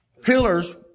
pillars